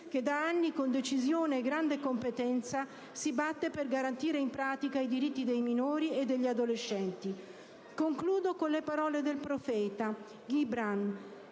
che da anni, con decisione e grande competenza, si batte per garantire in pratica i diritti dei minori e degli adolescenti. Concludo con le parole de «Il Profeta», un